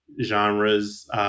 genres